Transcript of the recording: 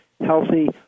healthy